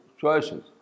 choices